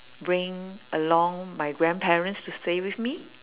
bring along my grandparents to stay with me